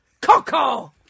Coco